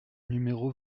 numéro